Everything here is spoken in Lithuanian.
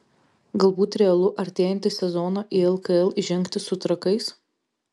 galbūt realu artėjantį sezoną į lkl įžengti su trakais